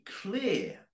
clear